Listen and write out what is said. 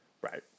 right